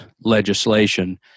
legislation